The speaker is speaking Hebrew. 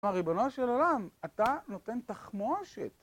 כלומר, ריבונו של עולם, אתה נותן תחמושת.